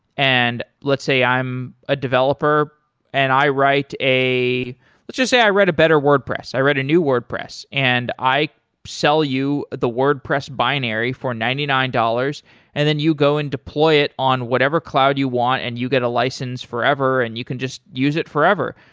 and let's say i am a developer and i write a let's just say i write a better wordpress. i write a new wordpress and i sell you the wordpress binary for ninety nine dollars and then you go and deploy it on whatever cloud you want and you get a license forever and you can just use it forever.